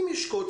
אם יש קוד,